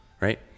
right